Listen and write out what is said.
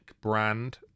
brand